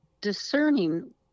discerning